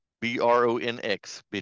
B-R-O-N-X